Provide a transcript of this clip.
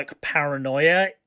paranoia